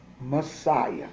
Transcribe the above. Messiah